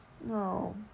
No